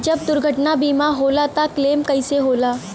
जब दुर्घटना बीमा होला त क्लेम कईसे होला?